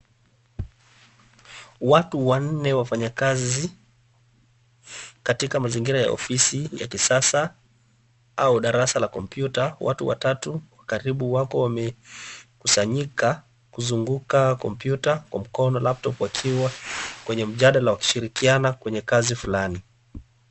Watu wanne wafanye kazi katika mazingira ya ofisi ya kisasa au darasa la kompyuta, watu watatu karibu wako wamekusanyika kuzunguka kompyuta kwa mkono labda wakiwa kwenye mjadala wakishirikiana kwenye kazi fulani.